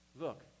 Look